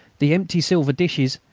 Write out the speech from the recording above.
the empty silver dishes,